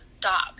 dog